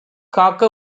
காக்க